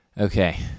okay